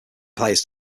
players